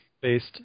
based